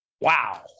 Wow